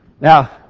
Now